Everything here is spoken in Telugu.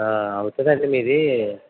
అవుతుందంది మీది